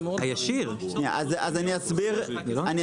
אסביר.